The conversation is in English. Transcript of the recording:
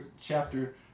chapter